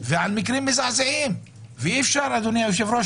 לגבי התראות